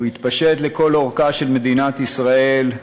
הוא התפשט לכל אורכה של מדינת ישראל,